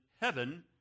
heaven